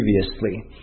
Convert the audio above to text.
previously